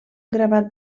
gravat